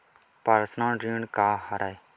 Personal ऋण का हरय?